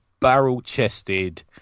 barrel-chested